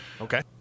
okay